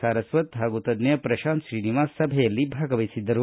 ಸಾರಸ್ವತ್ ಹಾಗೂ ತಜ್ಜ ಪ್ರಶಾಂತ್ ಶ್ರೀನಿವಾಸ್ ಸಭೆಯಲ್ಲಿ ಭಾಗವಹಿಸಿದ್ದರು